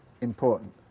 important